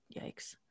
yikes